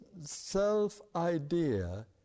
self-idea